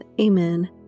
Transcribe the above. Amen